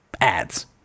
ads